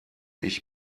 ich